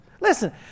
Listen